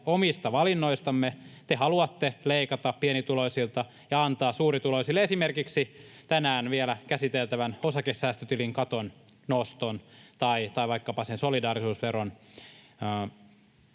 omista valinnoista. Te haluatte leikata pienituloisilta ja antaa suurituloisille, esimerkiksi tänään vielä käsiteltävän osakesäästötilin katon noston tai vaikkapa sen solidaarisuusveron